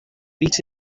beat